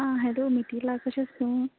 आ hello Mithila कशें आसा तूं